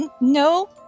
No